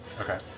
Okay